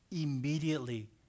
Immediately